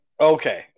Okay